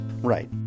Right